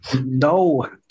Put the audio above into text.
No